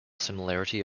similarity